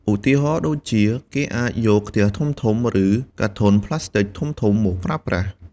ឧទាហរណ៍ដូចជា គេអាចយកខ្ទះធំៗ ឬកាធន់ប្លាស្ទិកធំៗមកប្រើប្រាស់។